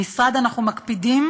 במשרד אנחנו מקפידים,